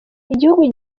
igihugu